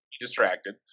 distracted